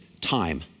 time